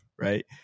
right